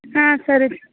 సరే